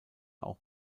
auch